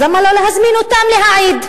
אז למה לא להזמין אותם להעיד?